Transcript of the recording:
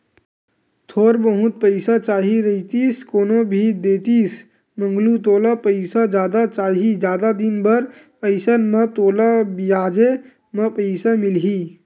थोर बहुत पइसा चाही रहितिस कोनो भी देतिस मंगलू तोला पइसा जादा चाही, जादा दिन बर अइसन म तोला बियाजे म पइसा मिलही